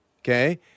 Okay